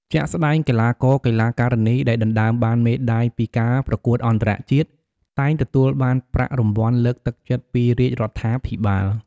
ជាក់ស្តែង កីឡាករ-កីឡាការិនីដែលដណ្តើមបានមេដាយពីការប្រកួតអន្តរជាតិ តែងទទួលបានប្រាក់រង្វាន់លើកទឹកចិត្តពីរាជរដ្ឋាភិបាល។